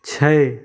छै